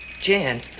Jan